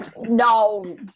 No